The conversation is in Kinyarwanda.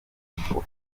ufatwa